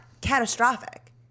catastrophic